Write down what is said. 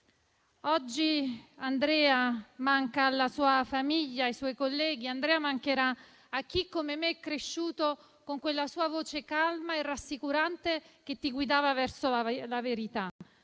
Oggi Andrea manca alla sua famiglia e ai suoi colleghi. Andrea mancherà a chi, come me, è cresciuto con quella sua voce calma e rassicurante, che ti guidava verso la verità.